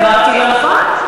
אמרתי לא נכון?